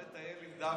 הוא עכשיו מטייל עם דוד.